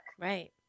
right